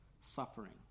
suffering